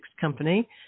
company